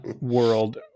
world